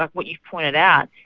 ah what you pointed out,